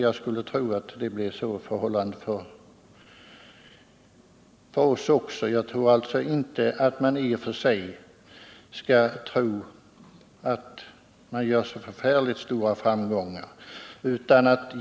Jag skulle tro att förhållandet blir detsamma för oss. Man skall inte vänta sig så förfärligt stora framgångar.